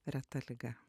reta liga